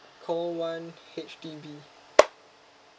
call one H_D_B